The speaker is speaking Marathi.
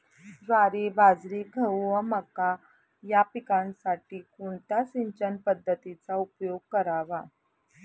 ज्वारी, बाजरी, गहू व मका या पिकांसाठी कोणत्या सिंचन पद्धतीचा उपयोग करावा?